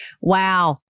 wow